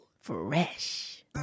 Fresh